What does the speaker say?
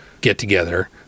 get-together